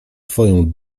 twoją